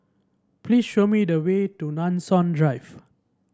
please show me the way to Nanson Drive